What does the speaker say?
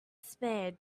spade